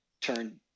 turn